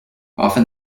often